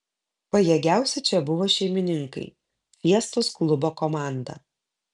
pajėgiausi čia buvo šeimininkai fiestos klubo komanda